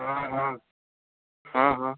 हाँ हाँ हाँ हाँ